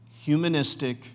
humanistic